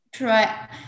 Right